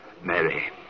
Mary